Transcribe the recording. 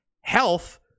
health